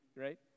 right